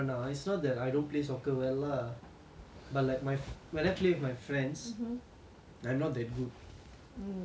but like my when I play with my friends I'm not that good so I guess the [one] is like one skill